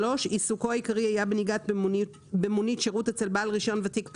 (3)עיסוקו העיקרי היה בנהיגה במונית שירות אצל בעל רישיון ותיק פעיל,